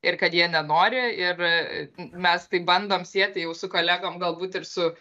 ir kad jie nenori ir mes tai bandom sieti jau su kolegom galbūt ir su